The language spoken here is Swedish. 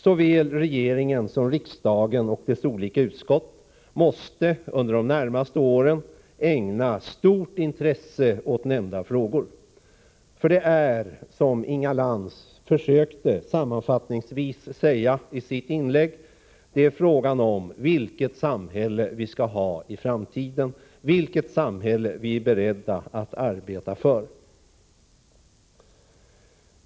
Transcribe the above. Såväl regeringen som riksdagen och dess olika utskott måste under de närmaste åren ägna stort intresse åt nämnda frågor. Det gäller nämligen, som Inga Lantz sammanfattningsvis försökte säga i sitt inlägg, vilket samhälle vi skall ha i framtiden, vilket samhälle vi är beredda att arbeta för.